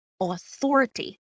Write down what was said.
authority